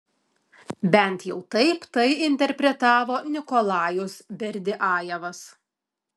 bent jau taip tai interpretavo nikolajus berdiajevas